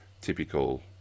typical